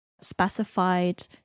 specified